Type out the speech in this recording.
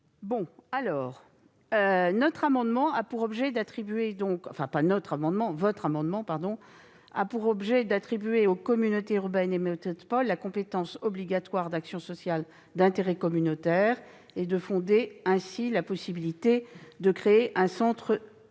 ? Cet amendement a pour objet d'attribuer aux communautés urbaines et aux métropoles la compétence obligatoire d'action sociale d'intérêt communautaire et de fonder ainsi la possibilité de créer un centre